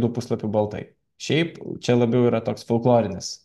du puslapių baltai šiaip čia labiau yra toks folklorinis